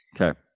Okay